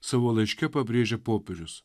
savo laiške pabrėžė popiežius